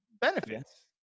benefits